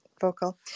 vocal